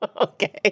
Okay